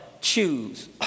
choose